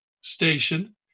station